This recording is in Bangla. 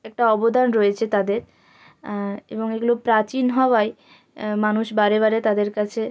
একটা অবদান রয়েছে তাদের এবং এগুলো প্রাচীন হওয়ায় মানুষ বারে বারে তাদের কাছে